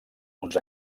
uns